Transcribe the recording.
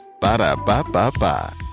Ba-da-ba-ba-ba